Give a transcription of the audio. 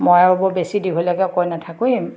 মই আৰু বৰ বেছি দীঘলীয়াকে কৈ নাথাকো